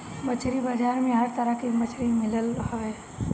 मछरी बाजार में हर तरह के मछरी मिलत हवे